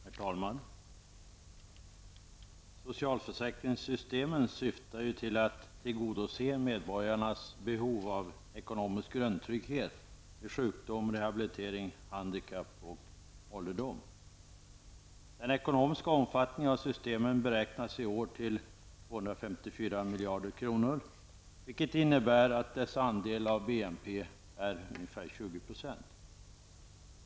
Herr talman! Socialförsäkringssystemen syftar till att tillgodose medborgarnas behov av ekonomisk grundtrygghet vid sjukdom, rehabilitering, handikapp och ålderdom. Den ekonomiska omfattningen av systemen beräknas i år till 254 miljarder kronor, vilket innebär att dess andel av BNP är ungefär 20 %.